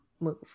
move